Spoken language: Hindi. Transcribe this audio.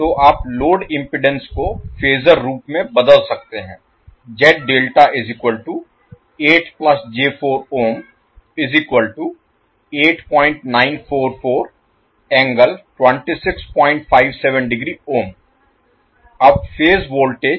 तो आप लोड इम्पीडेन्स को फेजर रूप में बदल सकते हैं अब फेज वोल्टेज